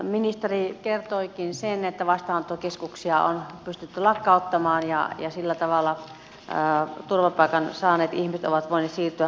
ministeri kertoikin sen että vastaanottokeskuksia on pystytty lakkauttamaan ja sillä tavalla turvapaikan saaneet ihmiset ovat voineet siirtyä kuntiin